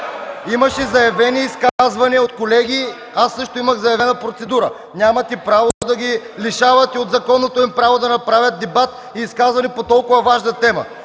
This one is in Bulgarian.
Имаше заявени изказвания от колеги, аз също имах заявена процедура. Нямате право да ги лишавате от законното им право да направят дебат и изказвания по толкова важна тема!